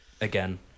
Again